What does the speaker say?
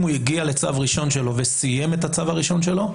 אם הוא הגיע לצו ראשון שלו וסיים את הצו הראשון שלו,